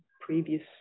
previous